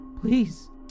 please